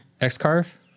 X-Carve